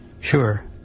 sure